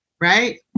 right